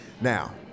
Now